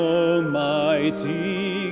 almighty